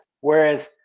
whereas